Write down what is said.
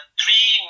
three